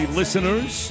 listeners